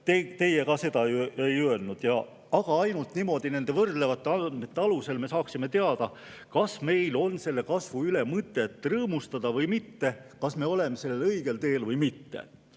Teie ka seda ju ei öelnud. Aga ainult nende võrdlevate andmete alusel me saaksime teada, kas meil on selle kasvu üle mõtet rõõmustada või mitte, kas me oleme õigel teel või mitte.